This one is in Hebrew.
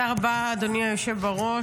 תודה רבה, אדוני היושב בראש.